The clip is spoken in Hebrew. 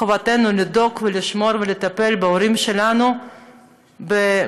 חובתנו לדאוג ולשמור ולטפל בהורים שלנו במוסריות,